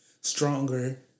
stronger